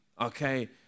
okay